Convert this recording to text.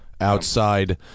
outside